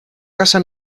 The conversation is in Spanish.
casa